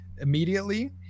immediately